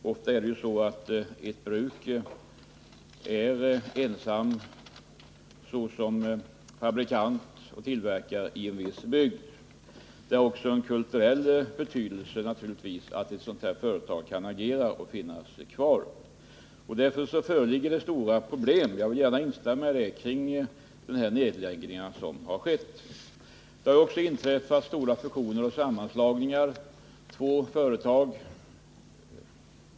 Ofta är ett enda bruk den enda industrin i bygden. Det har naturligtvis också en kulturell betydelse för bygden att ett glasbruk blir kvar och är i drift. Jag instämmer således i påpekandet att de nedläggningar som har skett skapar stora problem. Det har också förekommit betydande fusioner.